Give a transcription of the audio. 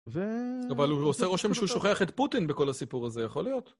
אבל הוא עושה רושם שהוא שוכח את פוטין בכל הסיפור הזה, יכול להיות.